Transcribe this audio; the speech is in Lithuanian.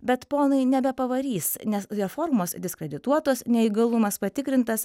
bet ponai nebepavarys nes reformos diskredituotos neįgalumas patikrintas